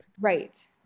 right